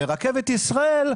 ורכבת ישראל,